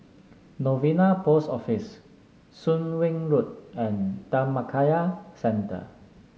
Novena Post Office Soon Wing Road and Dhammakaya Centre